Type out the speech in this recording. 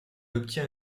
obtient